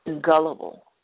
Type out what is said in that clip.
gullible